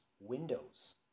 Windows